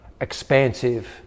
expansive